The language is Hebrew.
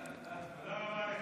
תודה רבה לך.